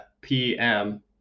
PM